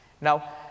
Now